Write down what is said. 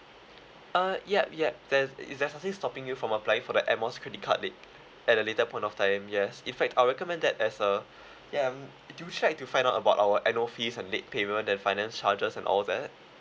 uh yup yup that's it's definitely stopping you from applying for the air miles credit card late at a later point of time yes in fact I'll recommend that as a ya um do check to find out about our annual fees and late payment and finance charges and all that